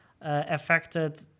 affected